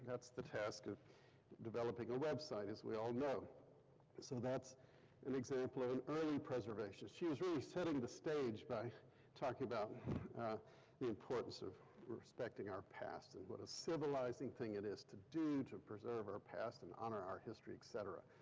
that's the task of developing a website, as we all know, and so that's an example of an early preservation. she was really setting the stage by talking about the importance of respecting our past and what a civilizing thing it is to do, to preserve our past and honor our history, etc.